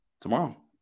tomorrow